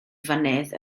fynydd